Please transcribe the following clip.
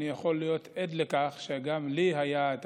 אני יכול להיות עד לכך שגם לי היה את